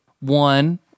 One